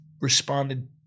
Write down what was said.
Responded